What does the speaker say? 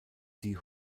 die